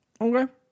Okay